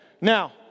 Now